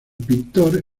pintor